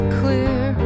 clear